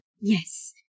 Yes